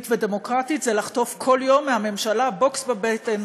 ודמוקרטית זה לחטוף כל יום מהממשלה בוקס בבטן,